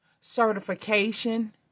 certification